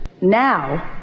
now